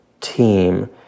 team